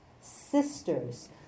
sisters